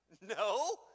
no